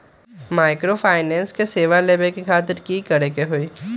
Microfinance के सेवा लेबे खातीर की करे के होई?